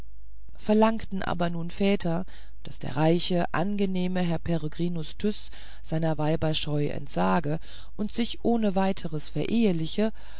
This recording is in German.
verlangten aber nun väter daß der reiche angenehme herr peregrinus tyß seiner weiberscheu entsage und sich ohne weiteres vereheliche